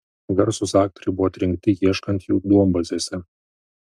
garsūs aktoriai buvo atrinkti ieškant jų duombazėse